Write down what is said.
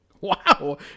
Wow